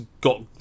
got